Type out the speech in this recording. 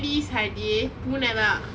please ah dey பூனைதான்:pooneithaan